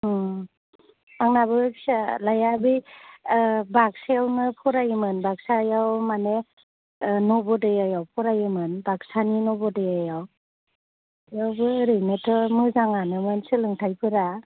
आंनाबो फिसाज्लाया बै ओ बागसायावनो फरायोमोन बागसायाव माने नभ'दयायाव फरायोमोन बागसानि नभ'दयायाव बेयावबो ओरैनोथ' मोजांआनोमोन सोलोंथायफोरा